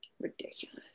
ridiculous